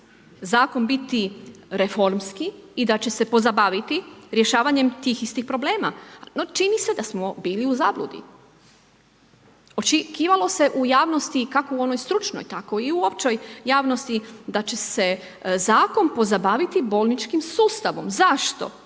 zakon biti reformski i da će se pozabaviti rješavanjem tih istih problema. No čini se da smo bili u zabludi. Očekivalo se u javnosti, kako u onoj stručnoj, tako i u općoj javnosti da će se zakon pozabaviti bolničkim sustavom, zašto?